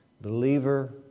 believer